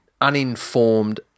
uninformed